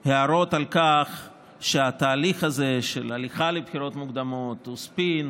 הערות על כך שהתהליך הזה של הליכה לבחירות מוקדמות הוא ספין,